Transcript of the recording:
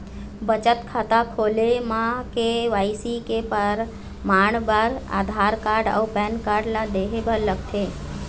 बचत खाता खोले म के.वाइ.सी के परमाण बर आधार कार्ड अउ पैन कार्ड ला देहे बर लागथे